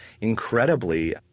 incredibly